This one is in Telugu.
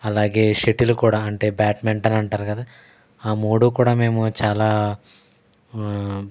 అలాగే షటిల్ కూడా అంటే బ్యాడ్మింటన్ అంటారు కదా ఆ మూడు కూడా మేము చాలా